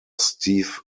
steve